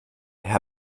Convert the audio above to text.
herr